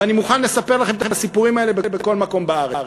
ואני מוכן לספר לכם את הסיפורים האלה בכל מקום בארץ.